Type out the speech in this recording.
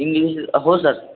English हो sir